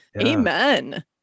Amen